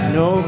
no